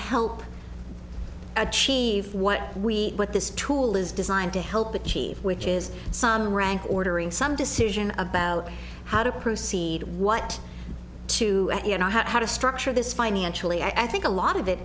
help achieve what we what this tool is designed to help achieve which is sign rank ordering some decision about how to proceed what to you know how to structure this financially i think a lot of it